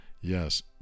yes